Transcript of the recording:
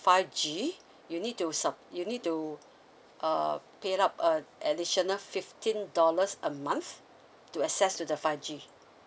five G you need to sub you need to uh paid up uh additional fifteen dollars a month to access to the five G